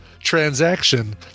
transaction